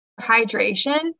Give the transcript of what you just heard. hydration